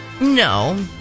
No